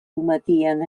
cometien